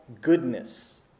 Goodness